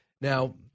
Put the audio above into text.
Now